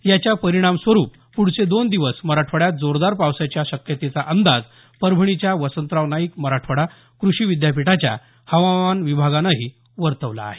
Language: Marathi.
याच्या परिणामस्वरुप पुढचे दोन दिवस मराठवाड्यात जोरदार पावसाची शक्यतेचा अंदाज परभणीच्या वसंतराव नाईक मराठवाडा कृषी विद्यापीठाच्या हवामान विभागानही वर्तवला आहे